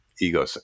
ego